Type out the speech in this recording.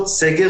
בסגר